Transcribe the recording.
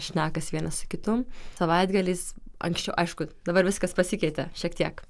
šnekasi vienas kitu savaitgaliais anksčiau aišku dabar viskas pasikeitė šiek tiek